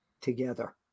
together